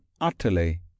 utterly